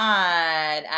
God